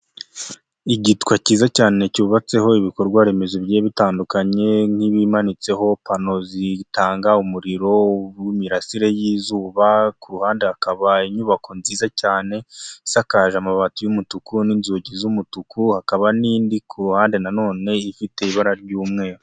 Igitwa cyiza cyane cyubatseho ibikorwa remezo bigiye bitandukanye, nk'ibimanitseho pano zitanga umuriro w'imirasire y'izuba, ku ruhande hakaba inyubako nziza cyane, isakaje amabati y'umutuku n'inzugi z'umutuku, hakaba n'indi ku ruhande nanone ifite ibara ry'umweru.